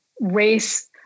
race